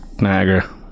niagara